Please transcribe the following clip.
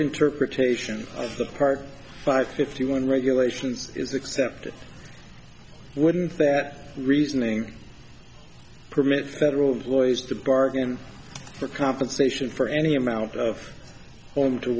interpretation of the part by fifty one regulations is accepted wouldn't that reasoning permit federal employees to bargain for compensation for any amount of home to